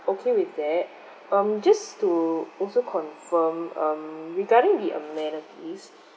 okay with that um just to also confirm um regarding the amenities